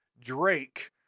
Drake